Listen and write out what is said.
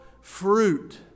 fruit